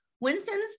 Winston's